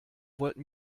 wollten